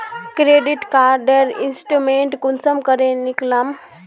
Credit कार्डेर statement कुंसम करे निकलाम?